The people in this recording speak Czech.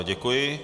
Děkuji.